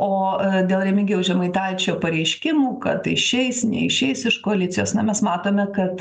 o dėl remigijaus žemaitaičio pareiškimų kad išeis neišeis iš koalicijos na mes matome kad